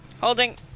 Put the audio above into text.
Holding